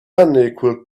unequal